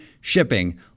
shipping